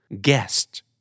guest